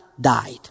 died